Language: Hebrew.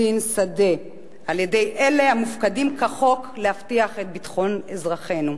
דין שדה על-ידי אלה המופקדים כחוק להבטיח את ביטחון אזרחינו.